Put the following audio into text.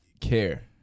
care